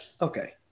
Okay